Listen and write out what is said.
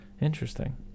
Interesting